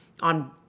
on